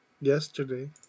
yesterday